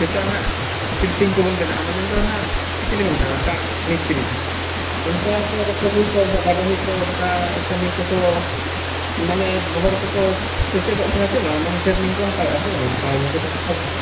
ᱱᱤᱛᱚᱜ ᱦᱟᱸᱜ ᱥᱤᱞᱯᱤᱧ ᱠᱚᱵᱚᱱ ᱵᱮᱱᱟᱣᱮᱜᱼᱟ ᱢᱟᱱᱮ ᱱᱤᱛᱚᱜ ᱦᱟᱜ ᱪᱤᱞᱤ ᱠᱚ ᱢᱮᱛᱟ ᱠᱚᱣᱟ ᱠᱟᱴᱷ ᱢᱤᱥᱛᱨᱤ ᱦᱟᱸᱜ ᱚᱱᱠᱟ ᱠᱚ ᱪᱤᱞᱤ ᱠᱚ ᱵᱟᱰᱳᱦᱤ ᱠᱚ ᱚᱱᱠᱟ ᱠᱟᱹᱢᱤ ᱠᱚᱠᱚ ᱢᱟᱱᱮ ᱦᱚᱲ ᱠᱚᱠᱚ ᱥᱮᱪᱮᱫᱚᱜ ᱠᱟᱱᱟ ᱪᱮ ᱵᱟᱝᱟ ᱢᱟᱱᱮ ᱴᱨᱮᱱᱤᱝ ᱠᱚ ᱦᱟᱛᱟᱣᱮᱜᱼᱟ ᱥᱮ ᱵᱟᱝ ᱚᱱᱠᱟ